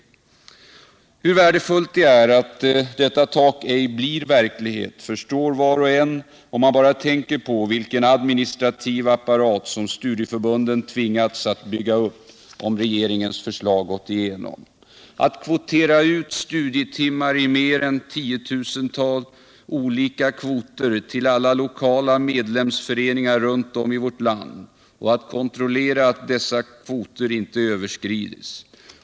Hur värdefullt det är att ett tak för hur mycket studiecirkelverksamheten skulle få öka ej blir verklighet förstår var och en om man bara tänker på vilken administrativ apparat som studieförbunden tvingats bygga upp, om regeringens förslag hade gått igenom: att kvotera ut studietimmar i mer än 10 000 olika kvoter till alla lokala medlemsföreningar runt om i vårt land och kontrollera att dessa kvoter inte överskrides.